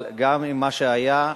אבל גם ממה שהיה,